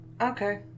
Okay